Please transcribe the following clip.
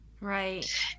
Right